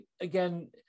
again